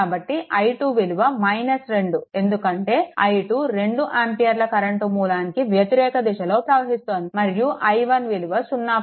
కాబట్టి i2 విలువ 2 ఎందుకంటే i2 2 ఆంపియర్ల కరెంట్ మూలానికి వ్యతిరేక దిశలో ప్రవహిస్తోంది మరియు i1 విలువ 0